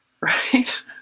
Right